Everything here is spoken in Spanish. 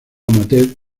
amateur